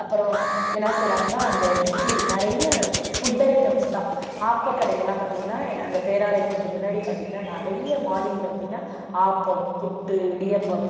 அப்புறம் என்ன செய்கிறாங்கன்னா இந்த இட்லி நிறைய ஃபுட் ஐட்டம்ஸ் தான் ஆப்பக் கடைங்கள்லாம் பார்த்தீங்கன்னா அந்த பேராலயத்துக்கு முன்னாடி பார்த்தீங்கன்னா நிறைய மார்னிங்கில் பார்த்தீங்கன்னா ஆப்பம் புட்டு இடியாப்பம்